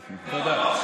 תודה.